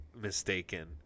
mistaken